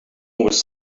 was